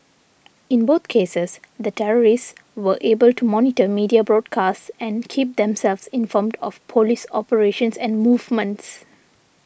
in both cases the terrorists were able to monitor media broadcasts and keep themselves informed of police operations and movements